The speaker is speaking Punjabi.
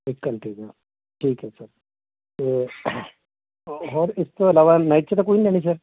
ਇਕ ਘੰਟੇ ਦਾ ਠੀਕ ਆ ਸਰ ਅਤੇ ਹੋਰ ਇਸ ਤੋਂ ਇਲਾਵਾ ਨਾਈਟ 'ਚ ਤਾਂ ਕੋਈ ਨਹੀਂ ਲੈਣੀ ਸਰ